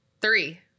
Three